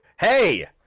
Hey